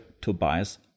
Tobias